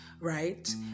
right